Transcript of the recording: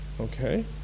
Okay